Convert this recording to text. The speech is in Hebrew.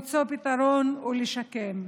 למצוא פתרון ולשקם,